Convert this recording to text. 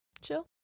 Chill